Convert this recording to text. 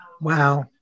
Wow